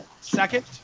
second